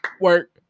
work